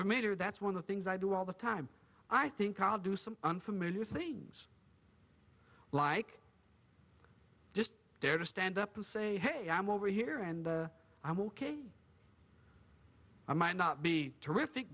to that's one of the things i do all the time i think i'll do some unfamiliar things like just there to stand up and say hey i'm over here and i'm ok i might not be terrific